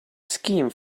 scheme